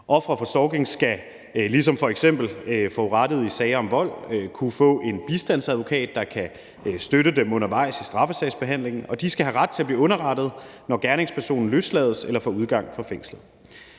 Ofre for stalking skal ligesom f.eks. forurettede i sager om vold kunne få en bistandsadvokat, der kan støtte dem undervejs i straffesagsbehandlingen, og de skal have ret til at blive underrettet, når gerningspersonen løslades eller får udgang fra fængslet.